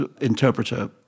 interpreter